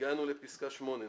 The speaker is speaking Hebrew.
הגענו לפסקה (8).